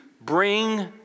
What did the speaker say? bring